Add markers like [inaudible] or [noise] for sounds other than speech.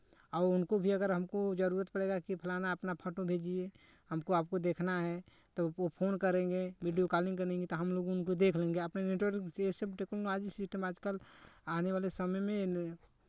और उनको भी अगर हमको जरूरत पड़ेगा कि फलाना अपना फोटो भेजिए हमको आपको देखना है तो वो फोन करेंगे वीडियो कॉलिंग कर लेंगे तो हमलोग उनको देख लेंगे [unintelligible] आजकल आने वाले समय में